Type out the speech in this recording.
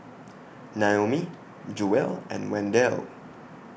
Naomi Joelle and Wendel